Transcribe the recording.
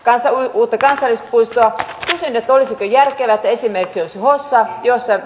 uutta kansallispuistoa kysyn olisiko järkevää että se olisi esimerkiksi hossa